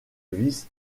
vis